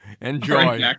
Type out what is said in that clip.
Enjoy